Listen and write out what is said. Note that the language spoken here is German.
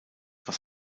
was